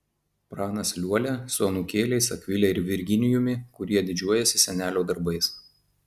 pranas liuolia su anūkėliais akvile ir virginijumi kurie didžiuojasi senelio darbais